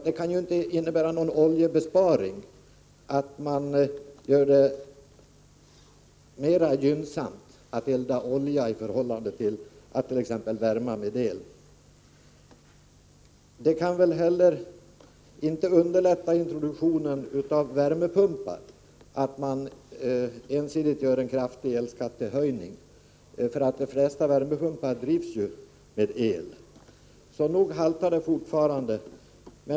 Det kan inte innebära någon oljebesparing att man gör det mera gynnsamt att elda med olja i förhållande till att t.ex. värma med el. Det kan väl heller inte underlätta introduktionen av värmepumpar att man ensidigt genomför en kraftig elskattehöjning. De flesta värmepumpar drivs ju med el. Så nog haltar resonemanget fortfarande.